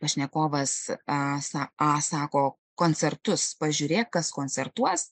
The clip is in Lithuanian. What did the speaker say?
pašnekovas a sako koncertus pažiūrėk kas koncertuos